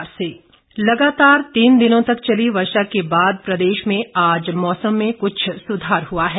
मौसम लगातार तीन दिनों तक चली वर्षा के बाद प्रदेश में आज मौसम में क्छ सुधार हुआ है